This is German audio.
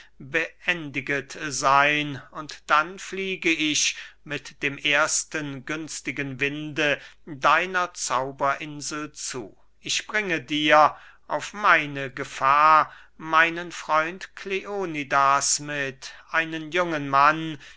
beendiget seyn und dann fliege ich mit dem ersten günstigen winde deiner zauberinsel zu ich bringe dir auf meine gefahr meinen freund kleonidas mit einen jungen mann